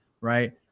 right